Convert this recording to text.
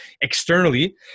externally